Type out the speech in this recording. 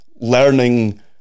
learning